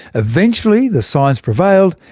eventually the science prevailed,